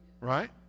Right